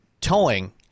towing